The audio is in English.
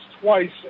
twice